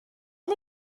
him